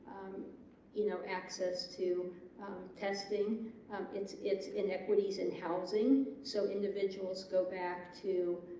you know access to testing um it's it's inequities and housing so individuals go back to